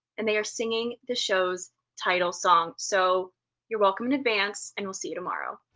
and they are singing the show's title song. so you're welcome in advance and we'll see you tomorrow.